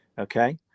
okay